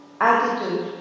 attitude